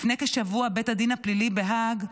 לפני כשבוע בית הדין הפלילי בהאג,